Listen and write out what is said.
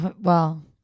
Well-